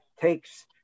takes